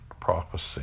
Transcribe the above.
prophecy